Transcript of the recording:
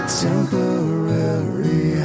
temporary